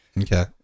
okay